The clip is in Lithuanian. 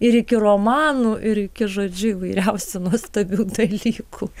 ir iki romanų ir iki žodžiu įvairiausių nuostabių dalykų